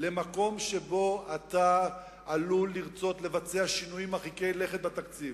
למקום שבו אתה עלול לרצות לבצע שינויים מרחיקי לכת בתקציב,